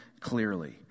clearly